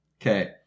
Okay